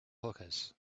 hookahs